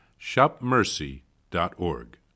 shopmercy.org